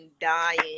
dying